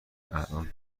الان